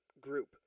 group